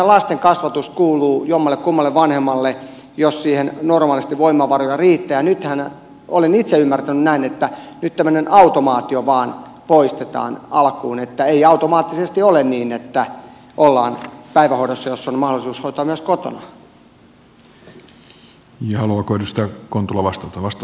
kyllähän lastenkasvatus kuuluu vanhemmalle jommallekummalle jos siihen normaalisti voimavaroja riittää ja itse olen ymmärtänyt näin että nyt tämmöinen automaatio vain poistetaan alkuun että ei automaattisesti ole niin että ollaan päivähoidossa jos on mahdollisuus hoitaa myös kotona